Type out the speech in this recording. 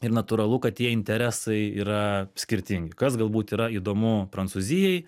ir natūralu kad tie interesai yra skirtingi kas galbūt yra įdomu prancūzijai